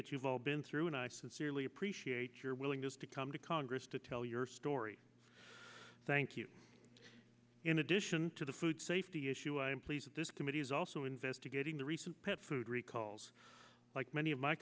that you've all been through and i sincerely appreciate your willingness to come to congress to tell your story thank you in addition to the food safety issue i'm pleased that this committee is also investigating the recent pet food recalls like many of my